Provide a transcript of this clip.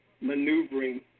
maneuvering